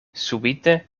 subite